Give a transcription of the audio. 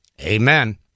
Amen